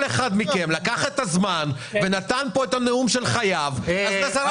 הישיבה ננעלה בשעה